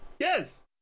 Yes